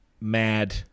mad